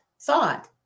thought